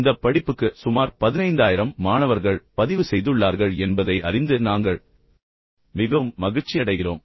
இந்தப் படிப்புக்கு சுமார் 15000 மாணவர்கள் பதிவு செய்துள்ளார்கள் என்பதை அறிந்து நாங்கள் மிகவும் மகிழ்ச்சியடைகிறோம்